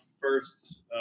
first